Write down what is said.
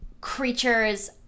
creatures